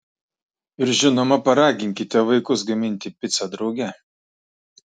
ir žinoma paraginkite vaikus gaminti picą drauge